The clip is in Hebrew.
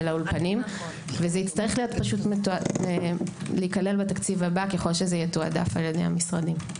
האולפנים וזה יצטרך להיכלל בתקציב הבא ככל שיתועדף על ידי המשרדים.